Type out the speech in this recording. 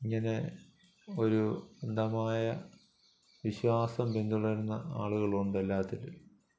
ഇങ്ങനെ ഒരു അന്ധമായ വിശ്വാസം പിന്തുടരുന്ന ആളുകൾ ഉണ്ട് എല്ലാറ്റിലും